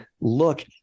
look